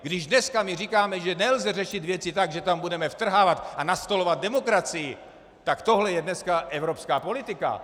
Když dneska říkáme, že nelze řešit věci tak, že tam budeme vtrhávat a nastolovat demokracii, tak tohle je dneska evropská politika.